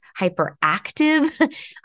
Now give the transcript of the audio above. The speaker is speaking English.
hyperactive